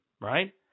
right